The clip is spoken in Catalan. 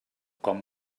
com